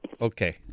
Okay